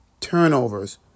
turnovers